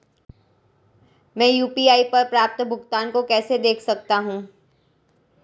मैं यू.पी.आई पर प्राप्त भुगतान को कैसे देख सकता हूं?